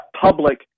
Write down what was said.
public